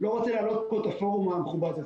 לא רוצה להלאות פה את הפורום המכובד הזה.